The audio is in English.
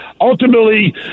ultimately